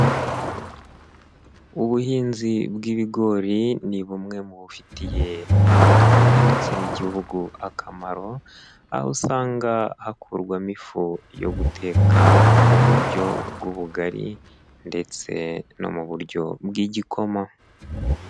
Ubuhinzi bw'ibigori ni bumwe mu bufitiye abaturage ndetse n'igihugu akamaro, aho usanga hakurwamo ifu yo guteka mu buryo bw'ubugari ndetse no mu buryo bw'igikoma.